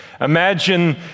Imagine